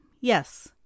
Yes